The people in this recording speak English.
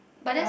but that's